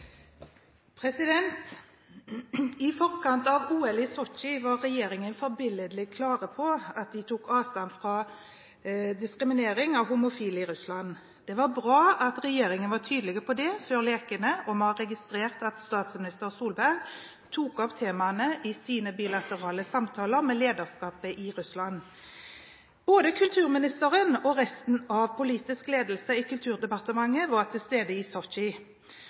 diskriminering av homofile i Russland. Det var bra at regjeringen var tydelig på det før lekene, og vi har registrert at statsminister Solberg tok opp temaet i sine bilaterale samtaler med lederskapet i Russland. Både kulturministeren og resten av politisk ledelse i Kulturdepartementet var til stede i